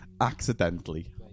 Accidentally